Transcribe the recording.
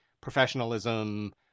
professionalism